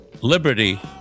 liberty